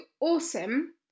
Awesome